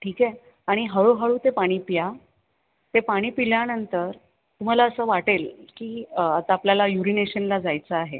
ठीक आहे आणि हळूहळू ते पाणी प्या ते पाणी पिल्यानंतर तुम्हाला असं वाटेल की आता आपल्याला युरीनेशनला जायचं आहे